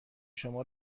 شما